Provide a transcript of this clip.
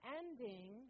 ending